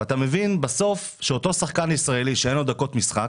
אתה מבין בסוף שאותו שחקן ישראלי שאין לו דקות משחק,